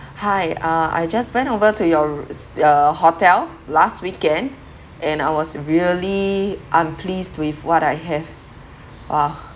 hi uh I just went over to your s~ uh hotel last weekend and I was really unpleased with what I have !wah!